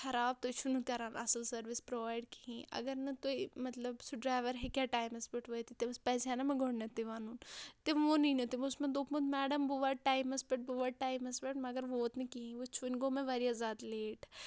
خراب تُہۍ چھُو نہٕ کَران اَصٕل سٔروِس پرٛوٚوایِڈ کہیٖنۍ اگر نہٕ تُہۍ مطلب سُہ ڈرٛایوَر ہیٚکہِ ہا ٹایمَس پٮ۪ٹھ وٲتِتھ تٔمِس پَزِہا نہ مےٚ گۄڈٕنٮ۪تھٕے وَنُن تٔمۍ ووٚنُے نہٕ تٔمۍ اوس مےٚ دوٚپمُت میڈم بہٕ واتہٕ ٹایمَس پٮ۪ٹھ بہٕ واتہٕ ٹایمَس پٮ۪ٹھ مگر ووت نہٕ کِہیٖنۍ وٕچھ وٕنۍ گوٚو مےٚ واریاہ زیادٕ لیٹ